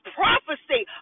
prophecy